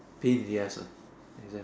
pain in the ass ah